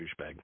Douchebag